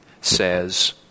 says